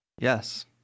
yes